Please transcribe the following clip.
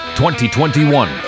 2021